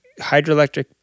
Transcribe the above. hydroelectric